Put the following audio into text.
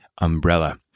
umbrella